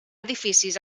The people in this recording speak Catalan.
edificis